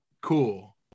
cool